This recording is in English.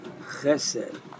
Chesed